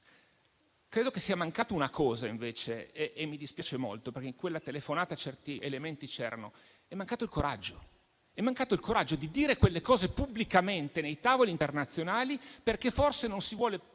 credo che sia mancata una cosa, e mi dispiace molto, perché in quella telefonata certi elementi c'erano. È mancato il coraggio di dire quelle cose pubblicamente nei tavoli internazionali, perché forse non si vuole